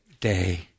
day